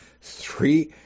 three